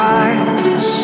eyes